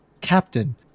Captain